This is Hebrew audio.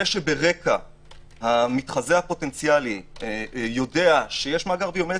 זה שברקע המתחזה הפוטנציאלי יודע שיש מאגר ביומטרי,